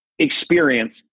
experience